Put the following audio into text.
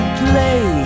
play